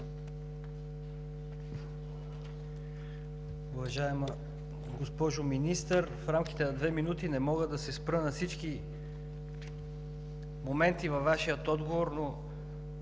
Уважаема госпожо Министър, в рамките на две минути не мога да се спра на всички моменти във Вашия отговор, но